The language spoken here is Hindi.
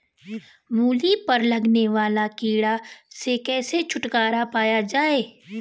मूली पर लगने वाले कीट से कैसे छुटकारा पाया जाये?